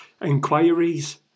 inquiries